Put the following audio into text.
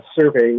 survey